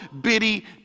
bitty